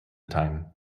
time